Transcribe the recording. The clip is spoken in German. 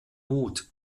mut